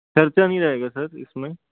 खर्चा नहीं रहेगा सर इसमें